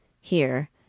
Here